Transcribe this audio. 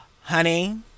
honey